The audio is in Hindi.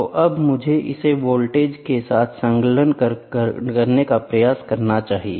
तो अब मुझे इसे वोल्टेज के साथ संलग्न करने का प्रयास करना चाहिए